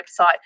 website